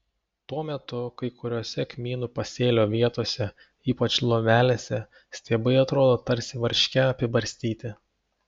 tuo metu kai kuriose kmynų pasėlio vietose ypač lomelėse stiebai atrodo tarsi varške apibarstyti